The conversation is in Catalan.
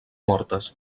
mortes